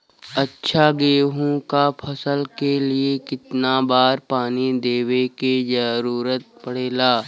अच्छा गेहूँ क फसल के लिए कितना बार पानी देवे क जरूरत पड़ेला?